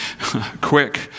quick